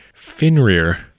Finrear